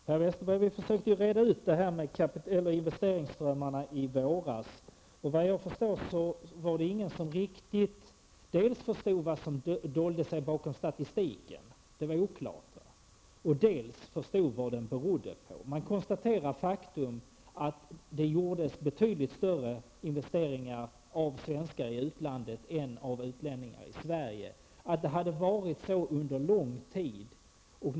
Herr talman! Vi försökte ju, Per Westerberg, att reda ut frågan om investeringsströmmarna i våras, och såvitt jag förstår var det dels ingen som riktigt insåg vad som dolde sig bakom statistiken, dels ingen som begrep vad den gick ut på. Man konstaterade det faktum att det gjordes betydligt större investeringar av svenskar i utlandet än av utlänningar i Sverige och att det hade varit så under lång tid.